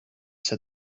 said